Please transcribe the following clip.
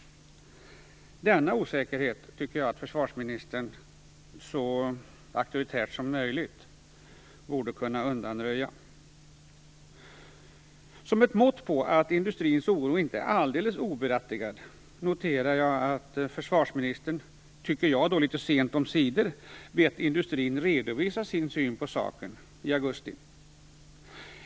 Denna osäkerhet tycker jag att försvarsministern så auktoritärt som möjligt borde kunna undanröja. Som ett mått på att industrins oro inte är alldeles oberättigad noterar jag att försvarsministern, litet sent omsider tycker jag, bett industrin redovisa sin syn på saken i augusti.